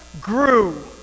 grew